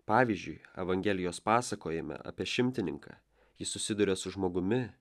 pavyzdžiui evangelijos pasakojime apie šimtininką jis susiduria su žmogumi